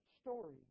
story